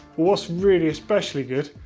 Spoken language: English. what's really especially good.